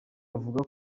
avuga